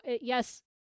yes